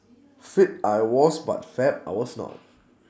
fit I was but fab I was not